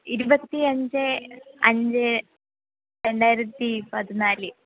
ഇരുപത്തി അഞ്ച് അഞ്ച് രണ്ടായിരത്തി പതിനാല്